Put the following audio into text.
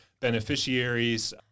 beneficiaries